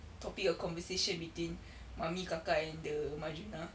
topic of conversation between mummy kakak and the madrina